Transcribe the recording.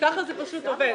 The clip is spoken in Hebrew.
-- ככה זה פשוט עובד.